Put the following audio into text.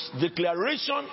declaration